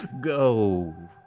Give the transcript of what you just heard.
go